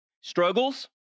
struggles